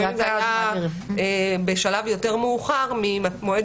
ולפעמים זה היה בשלב יותר מאוחר ממועד